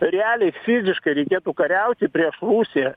realiai fiziškai reikėtų kariauti prieš rusiją